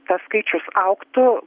tas skaičius augtų